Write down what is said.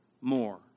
more